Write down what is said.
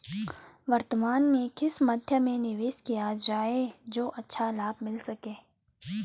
वर्तमान में किस मध्य में निवेश किया जाए जो अच्छा लाभ मिल सके?